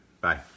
Bye